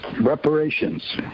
Reparations